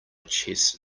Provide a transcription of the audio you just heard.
chess